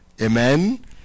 Amen